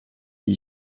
die